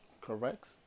Correct